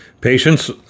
Patients